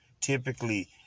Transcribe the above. typically